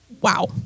Wow